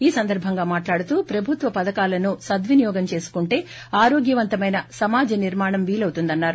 ఈ సందర్భంగా మాట్లాడుతూ ప్రభుత్వ పథకాలను సద్వినియోగం చేసుకుంటే ఆరోగ్య వంతమైన సమాజ నిర్మాణం వీలవుతుందన్నారు